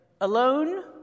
alone